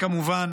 שכמובן